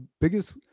biggest